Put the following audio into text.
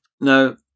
Now